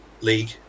league